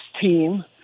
team